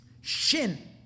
Shin